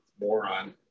moron